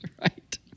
Right